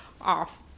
off